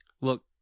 Look